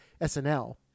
SNL